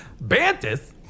Bantus